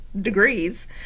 degrees